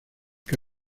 que